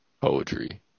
poetry